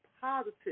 positive